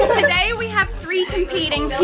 today we have three competing